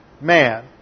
man